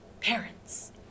parents